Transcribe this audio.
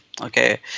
okay